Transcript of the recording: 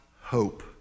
hope